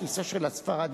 הכיסא של הספרדי.